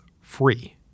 free